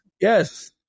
yes